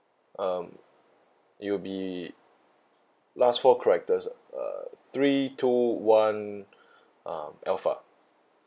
um it will be last four characters uh three two one um alpha